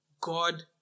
God